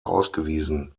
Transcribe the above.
ausgewiesen